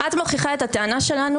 את מוכיחה את הטענה שלנו,